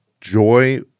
joy